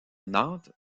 nantes